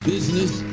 Business